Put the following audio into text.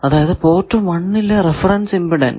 അതായതു പോർട്ട് 1 ലെ reference impedance